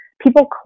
people